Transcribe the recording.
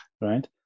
right